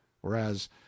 Whereas